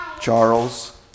Charles